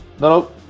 no